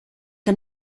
que